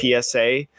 psa